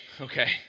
Okay